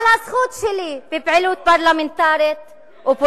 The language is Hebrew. הגנו עליך, מה עשינו